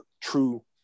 true